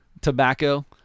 tobacco